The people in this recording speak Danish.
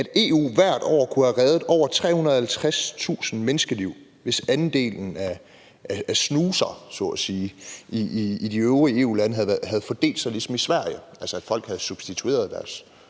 at EU hvert år kunne have reddet over 350.000 menneskeliv, hvis andelen af snusere, om man så må sige, i de øvrige EU-lande havde fordelt sig ligesom i Sverige, altså at folk havde substitueret deres